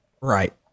Right